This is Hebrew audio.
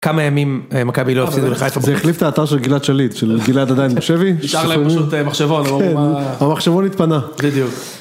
כמה ימים מקאבי לא הפסידה לחיפה. זה החליף את האתר של גלעד שליט, של גלעד עדיין מושבי. נשאר להם פשוט מחשבון. המחשבון התפנה. בדיוק.